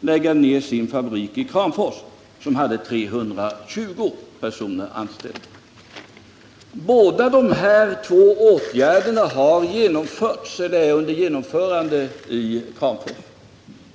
lägga ner sin fabrik i Kramfors, som hade 320 personer anställda. Båda åtgärderna har genomförts eller är under genomförande i Kramfors.